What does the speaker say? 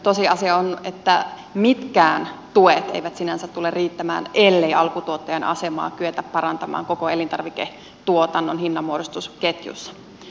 tosiasia on että mitkään tuet eivät sinänsä tule riittämään ellei alkutuottajan asemaa kyetä parantamaan koko elintarviketuotannon hinnanmuodostusketjussa